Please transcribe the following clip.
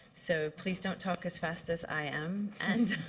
so please don't talk as fast as i am. and